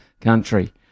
country